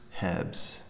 Hebs